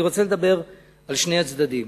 אני רוצה לדבר על שני הצדדים,